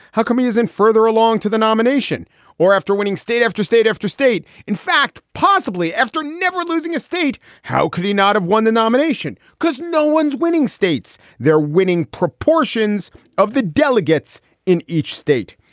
how come he isn't further along to the nomination or after winning state after state after state? in fact, possibly after never losing a state. how could he not have won the nomination? because no one's winning states. they're winning proportions of the delegates in each state.